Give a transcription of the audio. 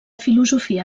filosofia